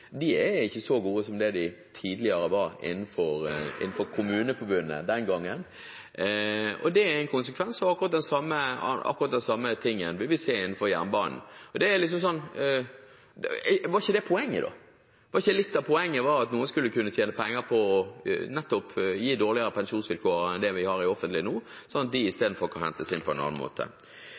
de tidligere var innenfor Kommuneforbundet. Det er en konsekvens av akkurat det samme som vi vil se innenfor jernbanen. Og var ikke det poenget, da? Var ikke litt av poenget at noen skulle kunne tjene penger på nettopp å gi dårligere pensjonsvilkår enn det vi har i det offentlige nå, slik at de istedenfor kan hentes inn på en annen måte?